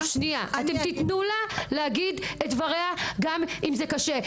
--- תנו לה להגיד את דבריה גם אם זה קשה.